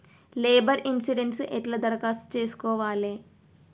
Labour insurance ఎట్ల దరఖాస్తు చేసుకోవాలే?